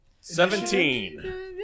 Seventeen